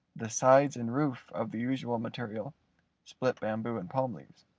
the sides and roof of the usual material split bamboo and palm leaves.